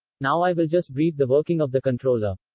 now, i will just brief the working of the controller.